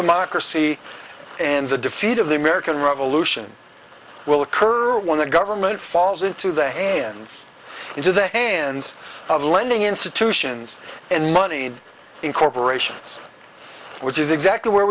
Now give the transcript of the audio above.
democracy and the defeat of the american revolution will occur when the government falls into the hands into the hands of lending institutions and money in corporations which is exactly where